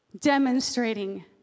demonstrating